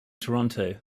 toronto